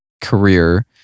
career